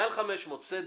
בסדר,